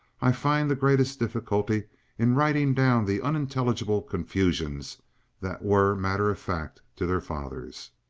i find the greatest difficulty in writing down the unintelligible confusions that were matter of fact to their fathers.